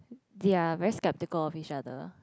their very skeptical of each other